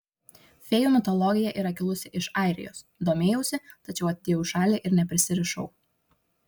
fėjų mitologija yra kilusi iš airijos domėjausi tačiau atidėjau į šalį ir neprisirišau